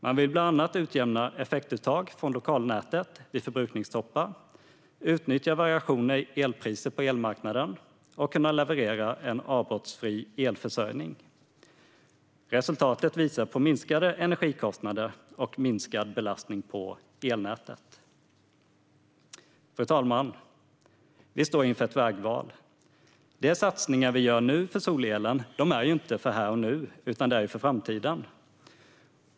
Man vill bland annat utjämna effektuttag från lokalnätet vid förbrukningstoppar, utnyttja variationer i elpriser på elmarknaden och kunna leverera en avbrottsfri elförsörjning. Resultatet visar på minskade energikostnader och minskad belastning på elnätet. Fru talman! Vi står inför ett vägval. De satsningar vi gör nu på solelen är inte för här och nu, utan de är för framtiden.